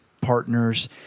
partners